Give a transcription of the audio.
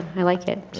i like it.